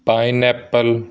pineapple